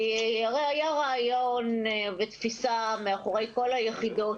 הרי היה רעיון ותפיסה מאחורי כל היחידות